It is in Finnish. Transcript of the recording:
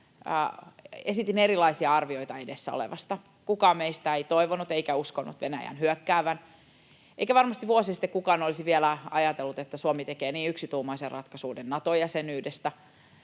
esitin erilaisia arvioita edessä olevasta. Kukaan meistä ei toivonut eikä uskonut Venäjän hyökkäävän, eikä varmasti vuosi sitten kukaan olisi vielä ajatellut, että Suomi tekee niin yksituumaisen ratkaisun Nato-jäsenyydestä.